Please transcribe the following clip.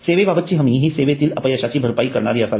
सेवेबाबतची हमी हि सेवेतील अपयशाची भरपाई करणारी असावी